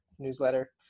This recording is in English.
newsletter